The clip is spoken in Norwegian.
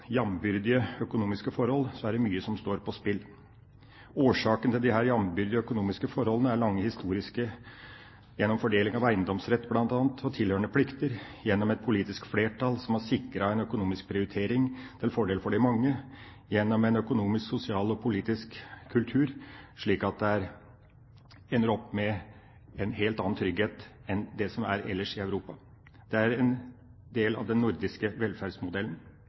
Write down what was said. jambyrdige økonomiske forhold, er det mye som står på spill. Årsaken til disse jambyrdige økonomiske forholdene er lange og historiske, bl.a. gjennom fordeling av eiendomsrett og tilhørende plikter, gjennom et politisk flertall som har sikret en økonomisk prioritering til fordel for de mange, gjennom en økonomisk, sosial og politisk kultur, slik at det ender opp med en helt annen trygghet enn det som er ellers i Europa. Det er en del av den nordiske velferdsmodellen.